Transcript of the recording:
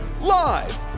Live